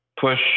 push